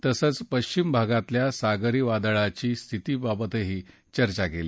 तसंच पश्विम भागातल्या सागरी वादळाच्या स्थितीबाबतही चर्चा केली